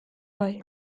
bai